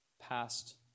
past